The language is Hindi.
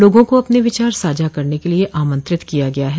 लोगों को अपने विचार साझा करने के लिए आंमत्रित किया गया है